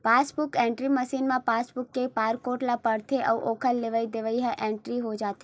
passbook entry machine ह passbook के barcode ल पड़थे अउ ओखर लेवई देवई ह इंटरी हो जाथे